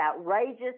outrageous